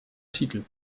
titel